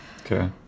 Okay